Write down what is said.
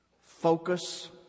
Focus